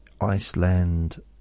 Iceland